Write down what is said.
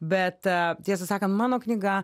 bet tiesą sakant mano knyga